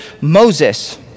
Moses